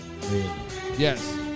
Yes